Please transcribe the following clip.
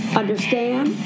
understand